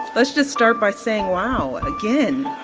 let's just start by saying wow and again